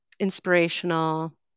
inspirational